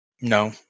No